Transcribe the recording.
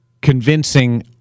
convincing